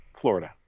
Florida